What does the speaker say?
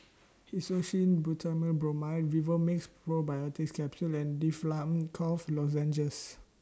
Hyoscine Butylbromide Vivomixx Probiotics Capsule and Difflam Cough Lozenges